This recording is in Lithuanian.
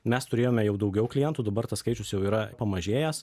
mes turėjome jau daugiau klientų dabar tas skaičius jau yra pamažėjęs